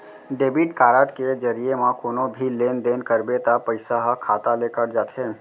debit card के जरिये म कोनो भी लेन देन करबे त पइसा ह खाता ले कट जाथे